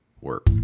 work